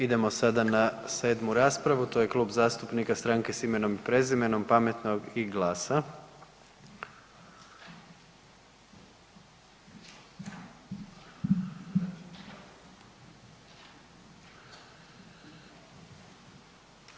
Idemo sada na 7. raspravu, to je Klub zastupnika Stranke s imenom i prezimenom, Pametnog i GLAS-a.